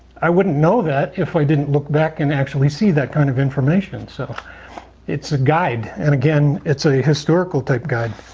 i wouldn't know that if i didn't look back and actually see that kind of information and so it's a guide and, again, it's a historical type guide.